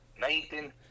Nathan